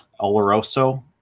Oloroso